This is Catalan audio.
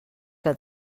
que